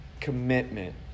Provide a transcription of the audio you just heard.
Commitment